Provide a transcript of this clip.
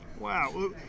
Wow